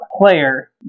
player